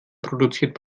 produziert